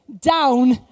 down